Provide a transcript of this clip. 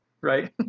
Right